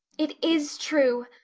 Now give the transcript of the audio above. it is true,